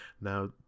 now